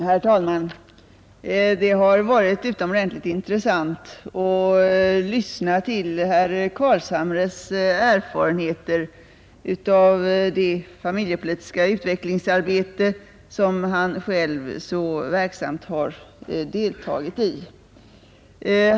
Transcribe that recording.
Herr talman! Det har varit utomordentligt intressant att lyssna till herr Carlshamres erfarenheter av det familjepolitiska utvecklingsarbete som han själv så verksamt har deltagit i.